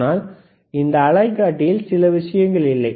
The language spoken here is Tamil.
ஆனால் இந்த அலைக்காட்டியில் சில விஷயங்கள் இல்லை